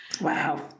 Wow